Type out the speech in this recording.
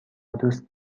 دوست